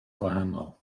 gwahanol